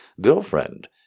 girlfriend